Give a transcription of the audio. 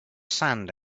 sand